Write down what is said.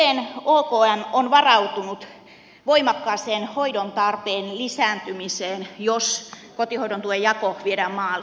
miten okm on varautunut voimakkaaseen hoidon tarpeen lisääntymiseen jos kotihoidon tuen jako viedään maaliin